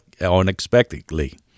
unexpectedly